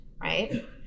right